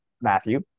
Matthew